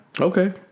Okay